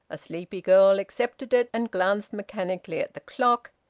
a sleepy girl accepted it, and glanced mechanically at the clock,